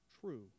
true